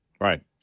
Right